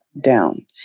down